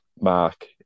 mark